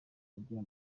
ugira